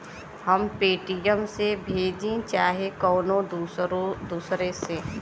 हम पेटीएम से भेजीं चाहे कउनो दूसरे से